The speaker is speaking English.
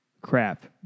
Crap